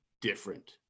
different